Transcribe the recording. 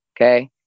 okay